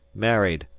married,